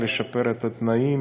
לשפר את התנאים